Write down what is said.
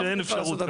שאין אפשרות כזאת.